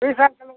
விசாரித்தாலும்